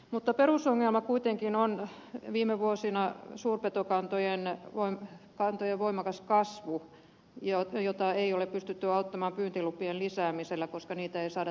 mutta perusongelma kuitenkin on viime vuosina suurpetokantojen voimakas kasvu jota ei ole pystytty hillitsemään pyyntilupien lisäämisellä koska niitä ei saada tarpeeksi